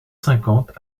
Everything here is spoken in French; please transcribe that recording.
cinquante